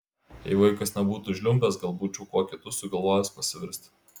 jei vaikas nebūtų žliumbęs gal būčiau kuo kitu sugalvojęs pasiversti